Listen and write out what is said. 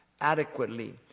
adequately